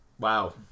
Wow